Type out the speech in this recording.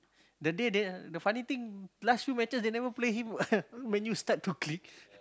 the day they the funny thing last few matches they never play him Man-U start to